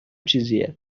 چیزیه